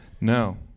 no